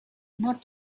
not